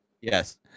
Yes